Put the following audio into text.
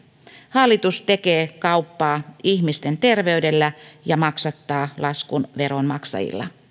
hallitus tekee kauppaa ihmisten terveydellä ja maksattaa laskun veronmaksajilla